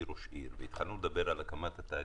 ראש עיר והתחלנו לדבר על הקמת התאגידים,